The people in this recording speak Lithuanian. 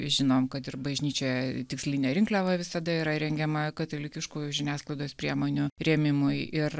žinom kad ir bažnyčioje tikslinė rinkliava visada yra rengiama katalikiškųjų žiniasklaidos priemonių rėmimui ir